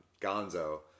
Gonzo